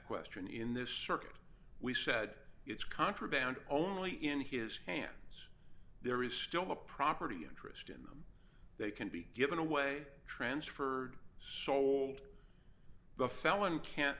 question in this circuit we said it's contraband only in his hands there is still a property interest if they can be given away transferred sold the felon can't